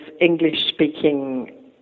English-speaking